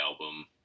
album